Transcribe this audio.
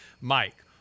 Mike